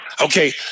Okay